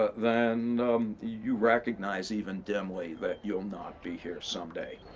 ah then you recognize, even dimly, that you'll not be here someday.